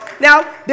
Now